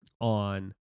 on